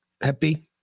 happy